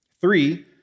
Three